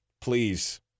please